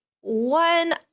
One